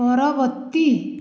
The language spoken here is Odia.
ପରବର୍ତ୍ତୀ